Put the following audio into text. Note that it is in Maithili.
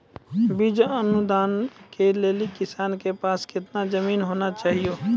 बीज अनुदान के लेल किसानों के पास केतना जमीन होना चहियों?